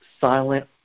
silent